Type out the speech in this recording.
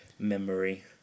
memory